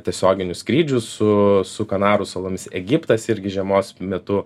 tiesioginių skrydžių su su kanarų salomis egiptas irgi žiemos metu